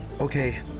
Okay